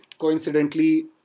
coincidentally